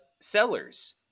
sellers